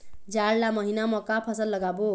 जाड़ ला महीना म का फसल लगाबो?